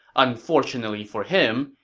unfortunately for him,